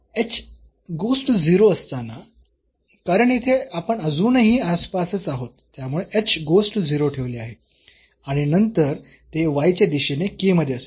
असताना कारण येथे आपण अजूनही आसपास च आहोत त्यामुळे ठेवले आहे आणि नंतर ते y च्या दिशेने k मध्ये असेल